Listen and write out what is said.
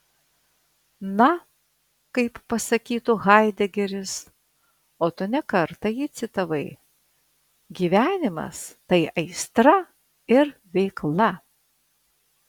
na kaip pasakytų haidegeris o tu ne kartą jį citavai gyvenimas tai aistra ir veikla